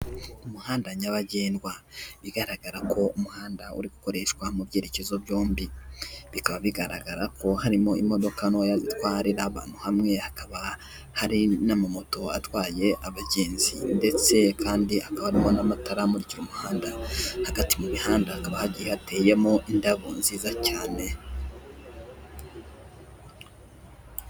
Umuhanda nyabagendwa bigaragara ko umuhanda uri gukoreshwa mu byerekezo byombi, bikaba bigaragara ko harimo imodoka ntoya atwarira abantu hamwe hakaba hari n'amamoto atwaye abagenzi ndetse kandi hakaba harimo n'amatara amurikira umuhanda, hagati mu mihanda hagiye hateyemo indabo nziza cyane.